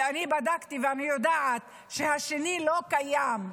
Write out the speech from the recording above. ואני בדקתי, ואני יודעת שהשני לא קיים.